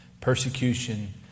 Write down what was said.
persecution